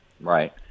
Right